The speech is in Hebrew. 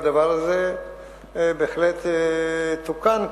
והדבר הזה בהחלט תוקן,